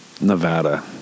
Nevada